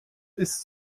ist